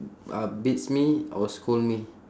uh beats me or scold me